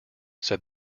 said